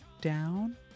down